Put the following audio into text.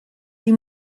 die